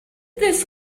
this